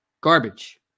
garbage